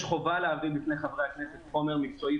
יש חובה להביא בפני חברי הכנסת חומר מקצועי